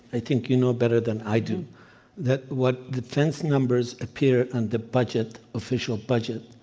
i think you know better than i do that what defense numbers appear on the budget, official budget